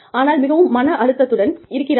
ஆனால் மிகவும் மன அழுத்தத்துடன் இருக்கிறார்கள்